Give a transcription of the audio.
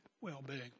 well-being